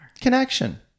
Connection